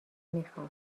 میخوام